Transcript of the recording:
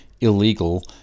illegal